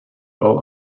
all